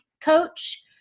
coach